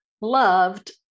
loved